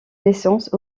naissance